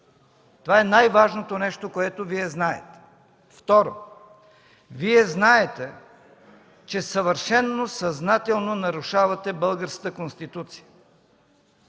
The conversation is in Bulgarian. Това е най-важното нещо, което Вие знаете. Второ, Вие знаете, че съвършено съзнателно нарушавате Българската конституция.